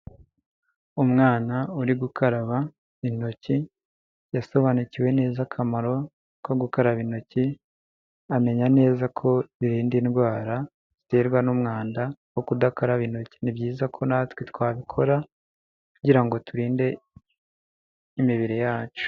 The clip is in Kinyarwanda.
Umwana uri gukaraba intoki yasobanukiwe neza akamaro ko gukaraba intoki amenya neza ko birinda indwara ziterwa n'umwanda wo kudakaraba intoki ni byiza ko natwe twabikora kugirango turinde imibiri yacu.